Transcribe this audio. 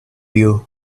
you